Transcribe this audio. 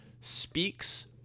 speaks